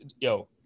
yo